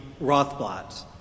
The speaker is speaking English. Rothblatt